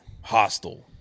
Hostile